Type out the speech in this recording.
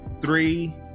three